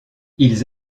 ils